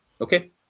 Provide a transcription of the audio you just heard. Okay